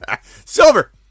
Silver